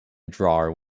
drawer